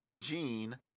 Gene